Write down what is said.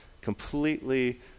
completely